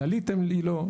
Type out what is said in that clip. דלית היא לא.